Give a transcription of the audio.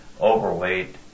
overweight